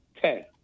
ten